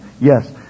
Yes